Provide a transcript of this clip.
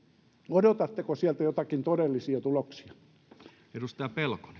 odotatteko sieltä joitakin todellisia tuloksia